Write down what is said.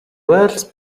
wealth